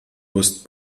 musst